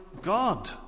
God